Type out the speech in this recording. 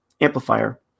amplifier